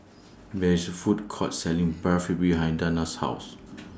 There IS A Food Court Selling Barfi behind Dana's House